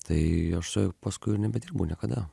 tai aš su juo paskui ir nebedirbau niekada